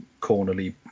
Cornerly